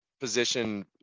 position